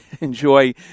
enjoy